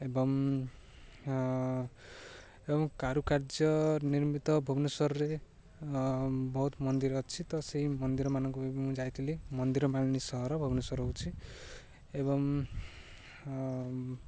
ଏବଂ ଏବଂ କାରୁକାର୍ଯ୍ୟ ନିର୍ମିତ ଭୁବନେଶ୍ୱରରେ ବହୁତ ମନ୍ଦିର ଅଛି ତ ସେଇ ମନ୍ଦିରମାନଙ୍କୁ ବି ମୁଁ ଯାଇଥିଲି ମନ୍ଦିର ମାଳିନୀ ସହର ଭୁବନେଶ୍ୱର ହେଉଛି ଏବଂ